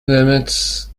limits